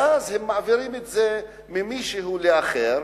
ואז הם מעבירים את זה למישהו אחר,